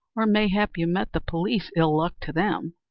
or mayhap you met the police, ill luck to them?